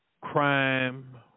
crime